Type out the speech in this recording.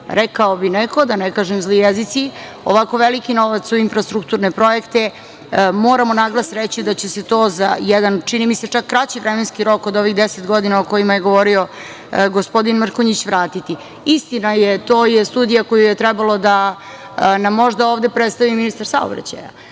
rekao bi neko, da ne kažem zli jezici, ovako veliki novac u infrastrukturne projekte? Moramo naglas reći da će se to za jedan čini mi se čak kraći vremenski rok, od ovih deset godina o kojima je govorio gospodin Mrkonjić, vratiti. Istina je, to je studija koju je trebalo da nam možda ovde predstavi ministar saobraćaja,